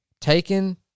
Taken